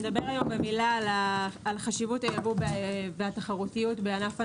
נדבר היום במילה על חשיבות הייבוא והתחרותיות בענף הנמלים,